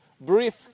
Breathe